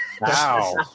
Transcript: Wow